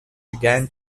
began